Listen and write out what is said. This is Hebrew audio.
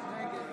בעד יום טוב